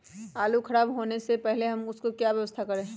आलू खराब होने से पहले हम उसको क्या व्यवस्था करें?